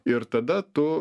ir tada tu